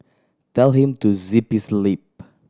tell him to zip his lip